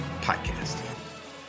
podcast